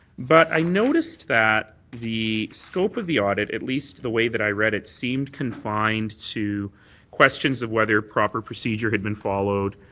but i noticed that the scope of the audit at least the way that i read it seemed confined to questions of whether proper procedure had been followed,